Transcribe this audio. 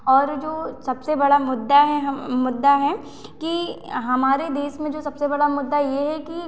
और जो सबसे बड़ा मुद्दा है मुद्दा है कि हमारे देश में जो सबसे बड़ा मुद्दा यह है कि